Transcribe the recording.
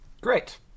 Great